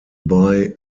buy